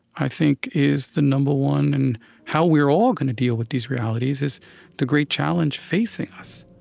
i think, is the number one and how we're all going to deal with these realities is the great challenge facing us.